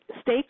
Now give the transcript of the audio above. Stay